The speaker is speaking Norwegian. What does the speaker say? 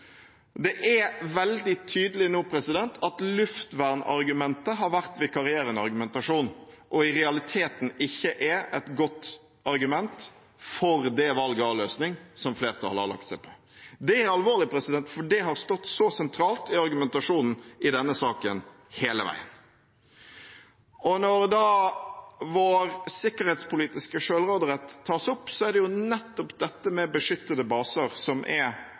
Det er veldig tydelig nå at luftvernargumentet har vært vikarierende argumentasjon og i realiteten ikke et godt argument for det valget av løsning som flertallet har lagt seg på. Det er alvorlig, for det har stått så sentralt i argumentasjonen i denne saken hele veien. Når vår sikkerhetspolitiske selvråderett da tas opp, er det nettopp dette med beskyttede baser som er